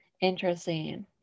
Interesting